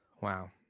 Wow